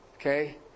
Okay